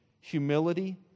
humility